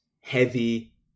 Heavy